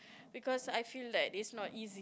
because I feel like it's not easy